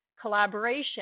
collaboration